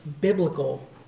biblical